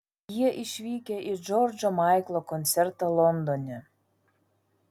jie išvykę į džordžo maiklo koncertą londone